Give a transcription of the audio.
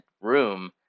room